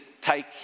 take